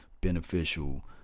beneficial